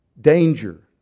Danger